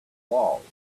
walls